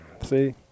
See